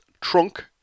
trunk